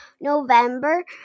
november